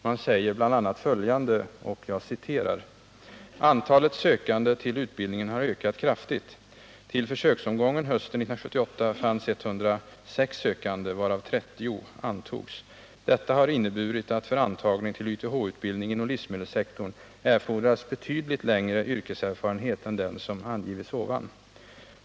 Man säger bl.a. följande: ” Antalet sökande till utbildningen har ökat kraftigt. Till försöksomgången hösten 1978 fanns 106 sökande, varav 30 antogs. Detta har inneburit att för antagning till YTH-utbildning inom livsmedelssektorn erfordrats betydligt längre yrkeserfarenhet än den som angivits ovan.